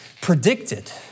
predicted